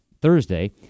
Thursday